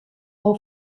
all